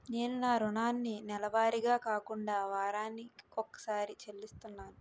నేను నా రుణాన్ని నెలవారీగా కాకుండా వారాని కొక్కసారి చెల్లిస్తున్నాను